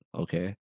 Okay